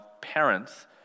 parents